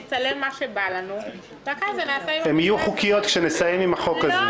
נצלם מה שבא לנו ואחרי זה --- הן תהיינה חוקיות כשנסיים עם החוק הזה.